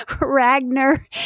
Ragnar